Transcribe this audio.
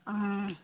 অঁ